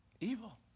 Evil